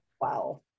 Wow